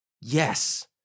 Yes